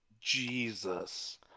Jesus